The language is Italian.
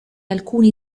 alcuni